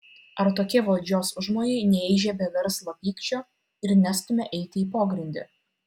ar tokie valdžios užmojai neįžiebia verslo pykčio ir nestumia eiti į pogrindį